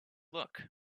look